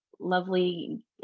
lovely